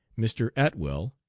mr. atwell,